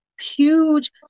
huge